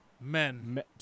men